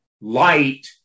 Light